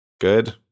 good